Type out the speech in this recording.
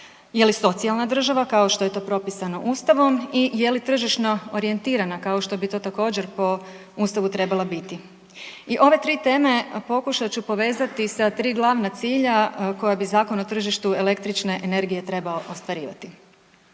je li socijalna država kao što je to propisano Ustavom i je li tržišno orijentirana kao što bi to također po Ustavu trebala biti. I ove tri teme pokušat ću povezati sa tri glavna cilja koja bi Zakon o tržištu električne energije trebao ostvarivati.